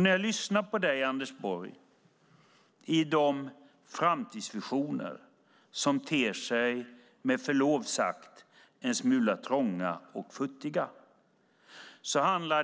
När jag lyssnar på dig, Anders Borg, ter sig framtidsvisionerna med förlov sagt en smula trånga och futtiga.